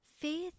Faith